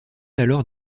alors